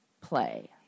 play